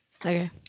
Okay